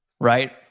right